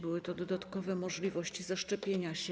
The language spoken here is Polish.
Były to dodatkowe możliwości zaszczepienia się.